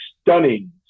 stunning